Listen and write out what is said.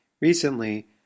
Recently